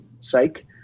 Psych